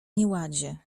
nieładzie